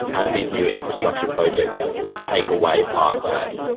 as these new infrastructure projects take away parkland,